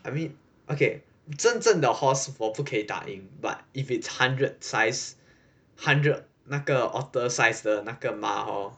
I mean okay 真正 the horse 我不可以打赢 but if it's hundred size hundred 那个 otter size 的那个马 hor